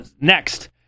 Next